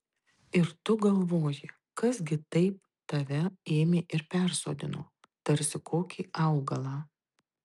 ir tu galvoji kas gi taip tave ėmė ir persodino tarsi kokį augalą